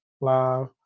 live